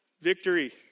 Victory